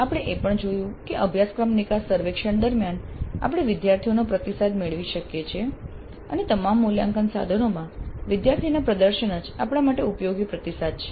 આપણે એ પણ જોયું કે અભ્યાસક્રમ નિકાસ સર્વેક્ષણ દરમિયાન આપણે દ્યાર્થીઓનો પ્રતિસાદ મેળવી શકીએ છીએ અને તમામ મૂલ્યાંકન સાધનોમાં વિદ્યાર્થીના પ્રદર્શન જ આપણા માટે ઉપયોગી પ્રતિસાદ છે